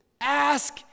ask